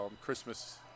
Christmas